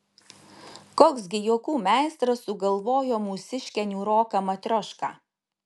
koks gi juokų meistras sugalvojo mūsiškę niūroką matriošką